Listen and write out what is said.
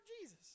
Jesus